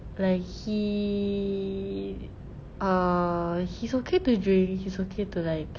like he ah he's okay to drink he's okay to like